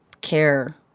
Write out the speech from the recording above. care